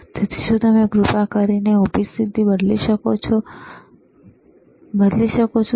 તેથી શું તમે કૃપા કરીને ઊભી સ્થિતિ બદલી શકો છો